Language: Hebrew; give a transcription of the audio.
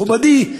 מכובדי,